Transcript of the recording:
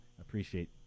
appreciate